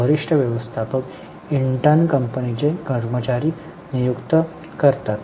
वरिष्ठ व्यवस्थापक इंटर्न कंपनीचे कर्मचारी नियुक्त करतात